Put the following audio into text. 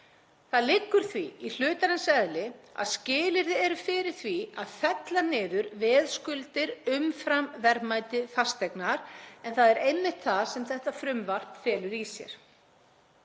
Það liggur því í hlutarins eðli að skilyrði eru fyrir því að fella niður veðskuldir umfram verðmæti fasteignar en það er einmitt það sem þetta frumvarp felur í sér.